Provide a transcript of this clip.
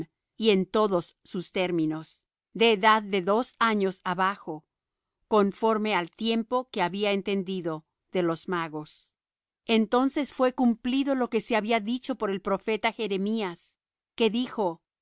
y en todos sus términos de edad de dos años abajo conforme al tiempo que había entendido de los magos entonces fué cumplido lo que se había dicho por el profeta jeremías que dijo